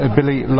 Billy